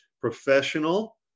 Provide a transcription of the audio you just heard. professional